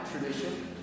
tradition